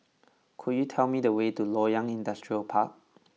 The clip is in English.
could you tell me the way to Loyang Industrial Park